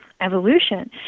evolution